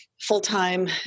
full-time